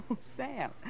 Sam